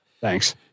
Thanks